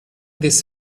this